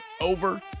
over